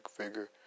Figure